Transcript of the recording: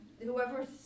whoever